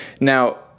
Now